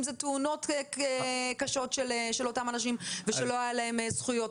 אם זה תאונות קשות של אותם אנשים שלא היה להם זכויות,